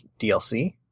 DLC